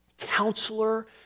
counselor